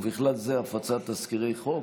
ובכלל זה הפצת תזכירי חוק.